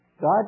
God